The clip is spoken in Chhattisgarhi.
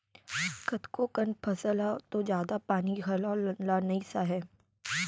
कतको कन फसल ह तो जादा पानी घलौ ल नइ सहय